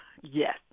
Yes